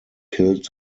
killed